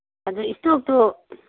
ꯑꯗꯨ ꯏꯁꯇꯣꯞꯇꯨ